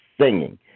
singing